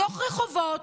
מתוך רחובות,